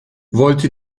wollte